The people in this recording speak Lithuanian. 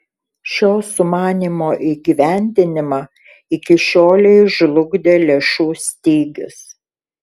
šio sumanymo įgyvendinimą iki šiolei žlugdė lėšų stygius